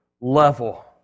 level